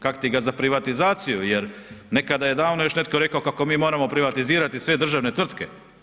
Kak ti ga za privatizaciju jer nekada je davno još netko rekao kako mi moramo privatizirati sve državne tvrtke.